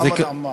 חמד עמאר.